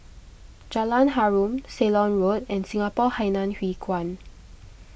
Jalan Harum Ceylon Road and Singapore Hainan Hwee Kuan